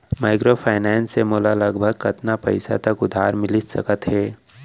Microfinance से मोला लगभग कतना पइसा तक उधार मिलिस सकत हे?